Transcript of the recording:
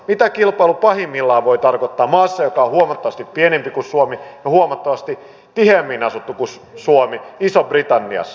mitä kilpailu pahimmillaan voi tarkoittaa maassa joka on huomattavasti pienempi kuin suomi ja huomattavasti tiheämmin asuttu kuin suomi isossa britanniassa